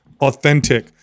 authentic